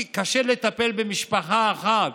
קשה לטפל במשפחה אחת,